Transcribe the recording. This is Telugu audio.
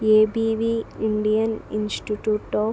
ABV Indian Institute of